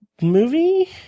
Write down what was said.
movie